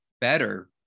better